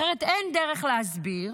אחרת אין דרך להסביר